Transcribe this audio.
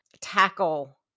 tackle